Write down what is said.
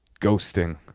Ghosting